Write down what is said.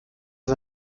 ist